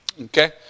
Okay